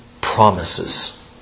promises